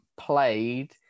played